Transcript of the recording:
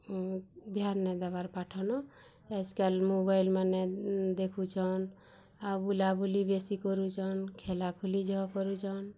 ଧ୍ୟାନ୍ ନାଇ ଦେବାର୍ ପାଠନଆଜକାଲ୍ ମୋବାଇଲ୍ମାନେ ଦେଖୁଛନ୍ ଆଉ ବୁଲାବୁଲି ବେଶୀ କରୁଛନ୍ ଖେଲାଖେଲି ଯହ କରୁଛନ୍